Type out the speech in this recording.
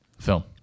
Film